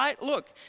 Look